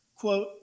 quote